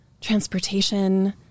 transportation